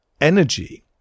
energy